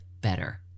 better